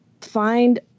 find